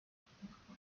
奥地利